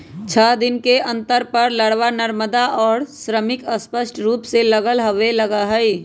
छः दिन के अंतर पर लारवा, नरमादा और श्रमिक स्पष्ट रूप से अलग होवे लगा हई